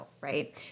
right